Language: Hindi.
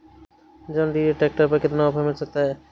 जॉन डीरे ट्रैक्टर पर कितना ऑफर मिल सकता है?